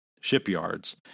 shipyards